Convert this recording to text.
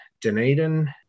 Dunedin